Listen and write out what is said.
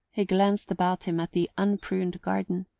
he glanced about him at the unpruned garden,